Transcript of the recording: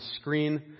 screen